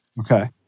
Okay